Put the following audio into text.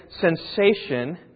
sensation